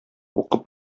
укып